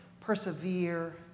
persevere